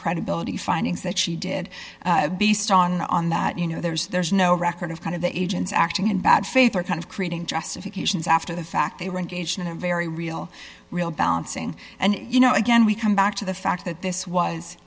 credibility findings that she did based on on that you know there's there's no record of kind of the agents acting in bad faith or kind of creating justifications after the fact they were engaged in a very real real balancing and you know again we come back to the fact that this was